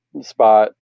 spot